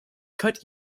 cut